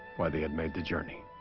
why they had made the journey